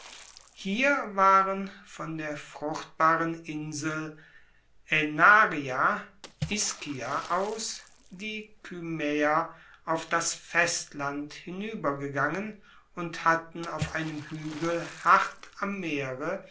hier waren von der fruchtbaren insel aenaria ischia aus die kymaeer auf das festland hinuebergegangen und hatten auf einem huegel hart am meere